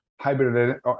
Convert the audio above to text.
hybrid